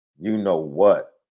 you-know-what